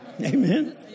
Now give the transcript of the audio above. Amen